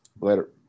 Later